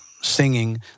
singing